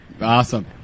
awesome